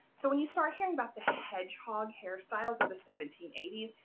so when you start hearing about the hedgehog hairstyles of the seventeen eighty s,